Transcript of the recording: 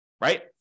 right